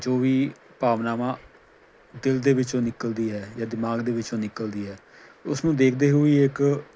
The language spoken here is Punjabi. ਜੋ ਵੀ ਭਾਵਨਾਵਾਂ ਦਿਲ ਦੇ ਵਿੱਚੋਂ ਨਿਕਲਦੀ ਹੈ ਜਾਂ ਦਿਮਾਗ ਦੇ ਵਿੱਚੋਂ ਨਿਕਲਦੀ ਹੈ ਉਸ ਨੂੰ ਦੇਖਦੇ ਹੋਏ ਇੱਕ